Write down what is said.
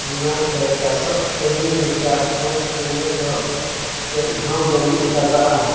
ᱚᱱᱟᱛᱮ ᱪᱟᱥᱚᱜ ᱠᱟᱹᱢᱤ ᱞᱮᱠᱟ ᱢᱚᱡᱽ ᱠᱟᱹᱢᱤ ᱫᱚ ᱪᱮᱫ ᱦᱚᱸ ᱵᱟᱹᱱᱩᱜ ᱠᱟᱫᱟ ᱦᱟ